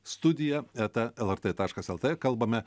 studija eta lrt taškas lt kalbame